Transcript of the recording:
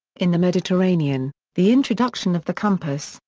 in the mediterranean, the introduction of the compass,